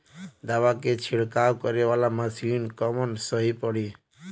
दवा के छिड़काव करे वाला मशीन कवन सही पड़ी?